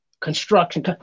construction